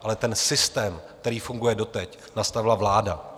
Ale ten systém, který funguje doteď, nastavila vláda.